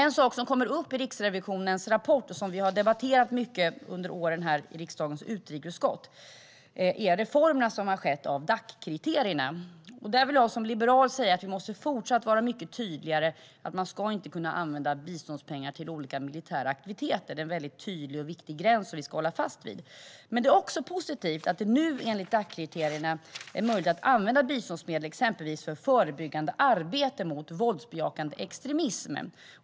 En sak som kommer upp i Riksrevisionens rapport, och som vi har debatterat mycket under åren i riksdagens utrikesutskott, är de reformer som har skett av Dac-kriterierna. Där vill jag som liberal säga att vi fortsatt måste vara mycket tydligare med att man inte ska kunna använda biståndspengar till olika militära aktiviteter. Det är en väldigt tydlig och viktig gräns som vi ska hålla fast vid. Men det är positivt att det nu enligt Dac-kriterierna är möjligt att använda biståndsmedel för exempelvis förebyggande arbete mot våldsbejakande extremism.